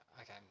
okay